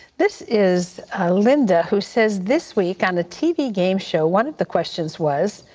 this is linda who says this week on a tv game show one of the questions was,